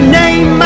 name